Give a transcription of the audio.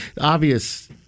Obvious